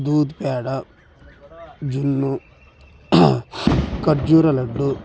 దూద్ పేడ జున్ను ఖర్జూర లడ్డు